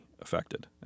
affected